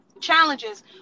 challenges